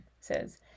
says